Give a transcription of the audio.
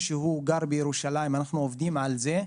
שגר בירושלים אנחנו עובדים על זה.